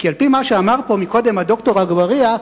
כי על-פי מה שאמר פה קודם ד"ר אגבאריה,